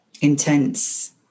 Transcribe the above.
intense